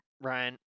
Ryan